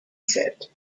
said